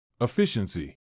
Efficiency